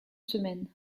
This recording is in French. semaines